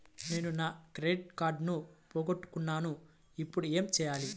నేను నా క్రెడిట్ కార్డును పోగొట్టుకున్నాను ఇపుడు ఏం చేయాలి?